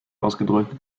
ausgedrückt